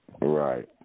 Right